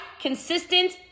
consistent